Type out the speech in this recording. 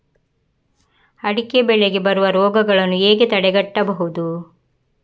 ಅಡಿಕೆ ಬೆಳೆಗೆ ಬರುವ ರೋಗಗಳನ್ನು ಹೇಗೆ ತಡೆಗಟ್ಟಬಹುದು?